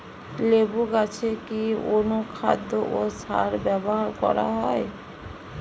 লেবু গাছে কি অনুখাদ্য ও সার ব্যবহার করা হয়?